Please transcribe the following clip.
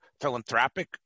philanthropic